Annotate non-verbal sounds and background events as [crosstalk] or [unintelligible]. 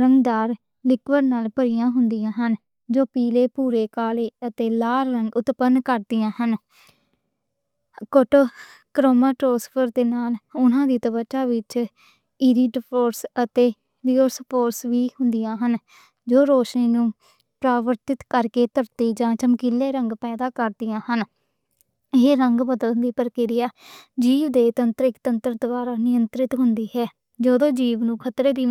رنگ دار لیکوئڈ نال بھریا ہویا ہوندا ہے۔ جو پیلے، بھورے، کالے تے لال رنگ اتپن کر سکدے ہن۔ کچھ [hesitation] کرومیٹوفورس دے نال انہاں دی توچہ وچ ایرِڈوفورس تے لیوکوفورس وی بھریا ہویا ہوندا ہے۔ جو روشنی پرتاو دے نال کردے ہن۔ ایہ رنگ بدلنے دی پرکریا جیو دے تنترک تنتر دوارا نینترت ہندی ہے۔ جو جیو نوں خطرے وچ [unintelligible]